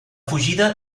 fugida